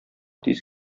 тиз